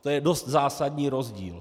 To je dost zásadní rozdíl.